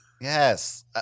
Yes